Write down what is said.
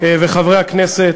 וחברי הכנסת,